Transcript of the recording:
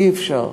אי-אפשר.